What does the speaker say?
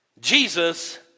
Jesus